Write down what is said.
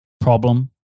problem